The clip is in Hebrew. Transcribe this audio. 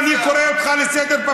אני הראשון,